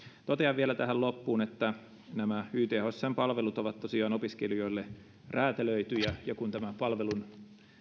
totean vielä tähän loppuun että nämä ythsn palvelut ovat tosiaan opiskelijoille räätälöityjä ja että kun tämän palvelun